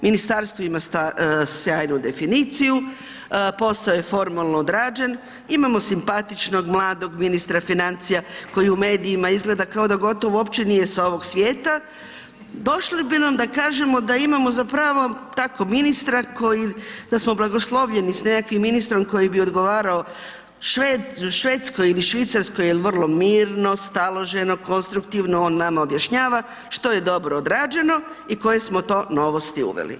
Ministarstvo ima sjaju definiciju, posao je formalno odrađen, imamo simpatičnog mladog ministra financija koji u medijima izgleda kao da gotovo uopće nije sa ovog svijeta, došlo bi nam da kažemo da imamo zapravo tako ministra koji da smo blagoslovljeni s nekakvim ministrom koji bi odgovarao Švedskoj ili Švicarskoj jer vrlo mirno, staloženo, konstruktivno on nama objašnjava što je dobro odrađeno i koje smo to novosti uveli.